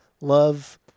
love